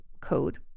code